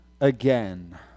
again